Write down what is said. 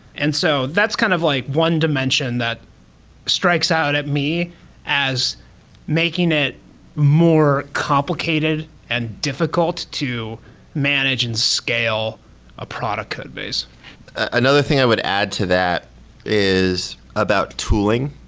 and so that's kind of like one dimension that strikes out at me as making it more complicated and difficult to manage and scale a product codebase another thing i would add to that is about tooling.